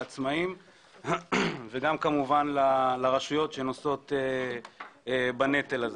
לעצמאים וגם כמובן לרשויות שנושאות בנטל הזה.